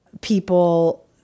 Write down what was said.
people